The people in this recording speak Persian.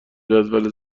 جدول